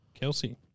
Kelsey